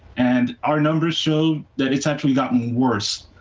and our numbers show that it's actually gotten worse.